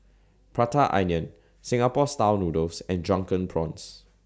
Prata Onion Singapore Style Noodles and Drunken Prawns